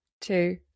two